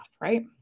Right